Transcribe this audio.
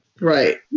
Right